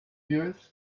yours